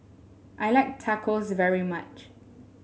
I like Tacos very much